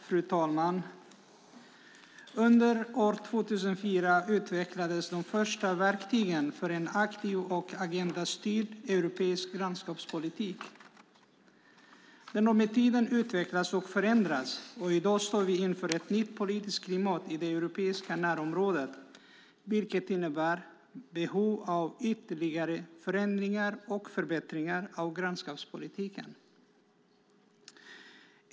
Fru talman! Under år 2004 utvecklades de första verktygen för en aktiv och agendastyrd europeisk grannskapspolitik. Den har med tiden utvecklats och förändrats och i dag står vi inför ett nytt politiskt klimat i det europeiska närområdet, vilket innebär behov av ytterligare förändringar och förbättringar av grannskapspolitiken.